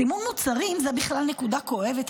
סימון מוצרים זה בכלל נקודה כואבת,